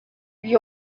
lui